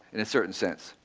in a certain sense.